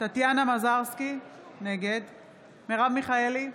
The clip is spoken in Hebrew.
טטיאנה מזרסקי, נגד מרב מיכאלי,